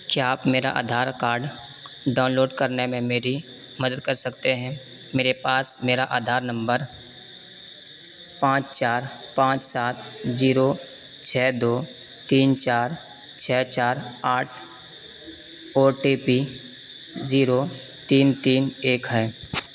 کیا آپ میرا آدھار کاڈ ڈاؤنلوڈ کرنے میں میری مدد کر سکتے ہیں میرے پاس میرا آدھار نمبر پانچ چار پانچ سات جیرو چھ دو تین چار چھ چار آٹھ او ٹی پی زیرو تین تین ایک ہے